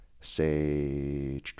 Say